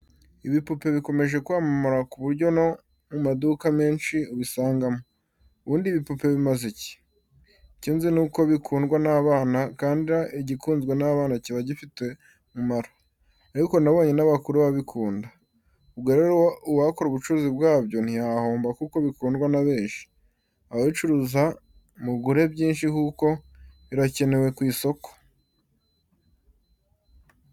Ibipupe bikomeje kwamamara ku buryo no mu maduka menshi ubisangamo. Ubundi ibipupe bimaze iki? Icyo nzi nuko bikundwa n'abana kandi igikunzwe n'abana kiba gifite umumaro, ariko nabonye n'abakuru babikunda, ubwo rero uwakora ubucuruzi bwabyo ntiyahomba kuko bikundwa na benshi, ababicuruza mugure byinshi kuko birakenewe ku isoko.